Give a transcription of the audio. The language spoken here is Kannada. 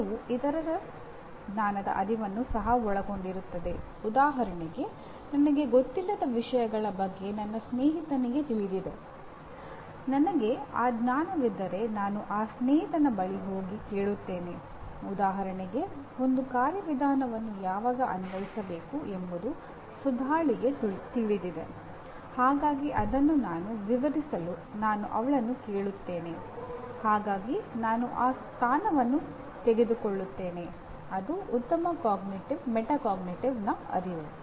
ಅದು ಕಳಪೆ ಮೆಟಾಕಾಗ್ನಿಟಿವ್ ಅರಿವು